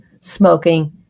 smoking